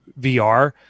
VR